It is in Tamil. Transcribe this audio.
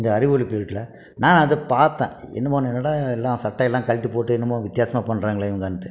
இந்த அறிவொளி பிரீடில் நான் அதை பார்த்தேன் என்னமோ என்னடா எல்லாம் சட்டையெல்லாம் கழட்டி போட்டு என்னமோ வித்தியாசமா பண்ணுறாங்களே இவங்கன்ட்டு